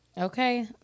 Okay